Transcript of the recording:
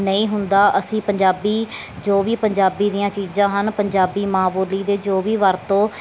ਨਹੀਂ ਹੁੰਦਾ ਅਸੀਂ ਪੰਜਾਬੀ ਜੋ ਵੀ ਪੰਜਾਬੀ ਦੀਆਂ ਚੀਜ਼ਾਂ ਹਨ ਪੰਜਾਬੀ ਮਾਂ ਬੋਲੀ ਦੇ ਜੋ ਵੀ ਵਰਤੋਂ